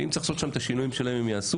ואם צריך לעשות שם את השינויים שלהם הם יעשו.